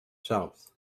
south